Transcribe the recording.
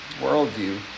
Worldview